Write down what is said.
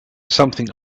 something